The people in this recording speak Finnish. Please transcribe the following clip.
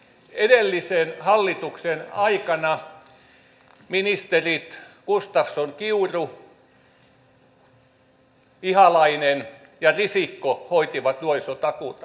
edellisen hallituksen aikana ministerit gustafsson kiuru ihalainen ja risikko hoitivat nuorisotakuuta